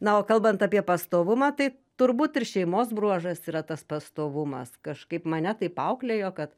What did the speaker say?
na o kalbant apie pastovumą tai turbūt ir šeimos bruožas yra tas pastovumas kažkaip mane taip auklėjo kad